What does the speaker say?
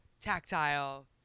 tactile